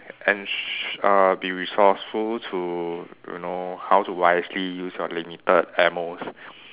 and sh~ uh be resourceful to you know how to wisely use your limited ammos